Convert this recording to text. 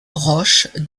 roche